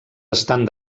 estan